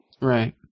Right